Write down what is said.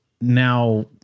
now